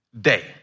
day